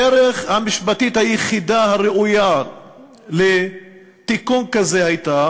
הדרך המשפטית היחידה הראויה לתיקון כזה הייתה